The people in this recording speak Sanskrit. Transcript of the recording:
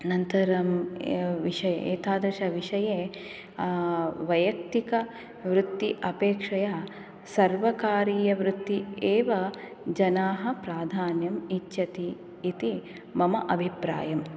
अनन्तरं विष एतादृशविषये वैयक्तिकवृत्ति अपेक्षया सर्वकारीयवृत्ति एव जनाः प्राधान्यम् इच्छति इति मम अभिप्रायं